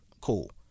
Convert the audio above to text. Cool